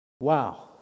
Wow